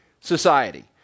society